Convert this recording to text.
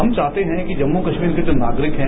हम चाहते हैं कि जम्मू कश्मीर के जो नागरिक हैं